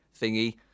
thingy